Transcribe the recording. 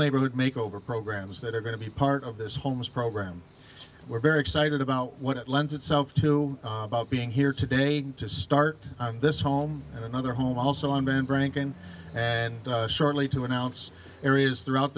neighborhood make over programs that are going to be part of this home's program we're very excited about when it lends itself to being here today to start this home and another home also i'm been drinking and shortly to announce areas throughout